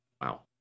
Wow